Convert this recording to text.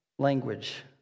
language